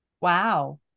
Wow